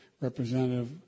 Representative